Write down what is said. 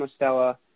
Mostella